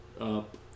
up